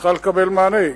שצריכה לקבל מענה.